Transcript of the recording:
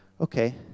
Okay